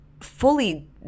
fully